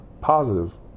positive